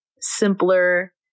simpler